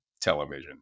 television